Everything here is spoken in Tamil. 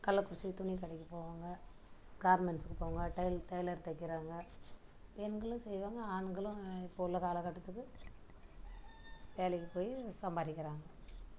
கள்ளக்குறிச்சிக்கு துணிக்கடைக்கு போவாங்கள் கார்மெண்ட்ஸுக்கு போவாங்கள் டை டைலர் தைக்கிறாங்கள் பெண்களும் செய்வாங்கள் ஆண்களும் இப்போ உள்ள காலகட்டத்துக்கு வேலைக்குப் போய் சம்பாரிக்கறாங்கள்